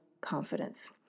confidence